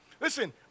Listen